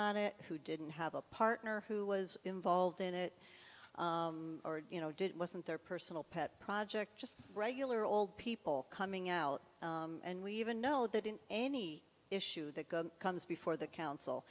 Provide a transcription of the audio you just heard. on it who didn't have a partner who was involved in it or you know did it wasn't their personal pet project just regular old people coming out and we even know that in any issue that comes before the council